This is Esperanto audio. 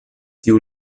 tiu